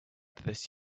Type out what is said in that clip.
this